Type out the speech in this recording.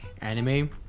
anime